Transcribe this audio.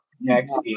next